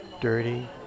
dirty